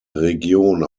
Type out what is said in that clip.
region